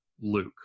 Luke